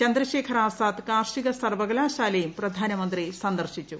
ചന്ദ്രശേഖർ ആസാദ് കാർഷിക സർവ്വകലാശാലയും പ്രധാനമന്ത്രി സന്ദർശിച്ചു